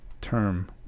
term